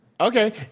okay